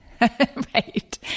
Right